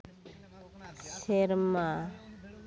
ᱥᱮᱨᱢᱟ